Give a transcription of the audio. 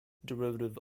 derivative